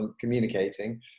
communicating